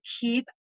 keep